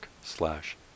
slash